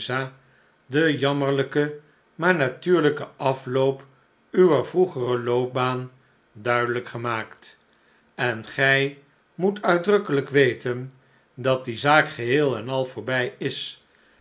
den jammerlijken maar natuurlijken afloop uwer vroegere loopbaan duidelijk gemaakt en gij moet uitdrukkelijk weten dat die zaak geheel en al voorbij is